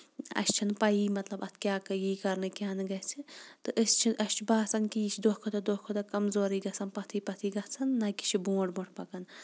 اَسہِ چھُنہٕ پَیی مطلب اَتھ کیاہ یہِ کرنہٕ کیاہ نہٕ گژھِ تہٕ أسۍ چھِ اَسہِ چھُ باسان کہِ یہِ چھُ دۄہ کھۄتہٕ دۄہ کھۄتہٕ دۄہ کَمزوٗرٕے گژھان پَتھٕے پَتھٕے گژھان نہ کہِ چھُ برونٹھ برونٹھ پکَان